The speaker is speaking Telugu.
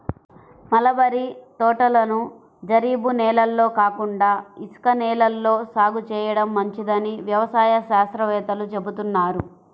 మలబరీ తోటలను జరీబు నేలల్లో కాకుండా ఇసుక నేలల్లో సాగు చేయడం మంచిదని వ్యవసాయ శాస్త్రవేత్తలు చెబుతున్నారు